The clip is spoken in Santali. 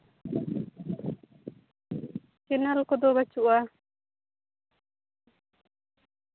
ᱠᱮᱱᱮᱞ ᱠᱚᱫᱚ ᱵᱟ ᱪᱩᱜᱼᱟ